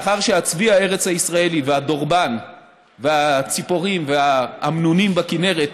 מאחר שהצבי הארץ-ישראלי והדורבן והציפורים והאמנונים בכינרת